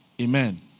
Amen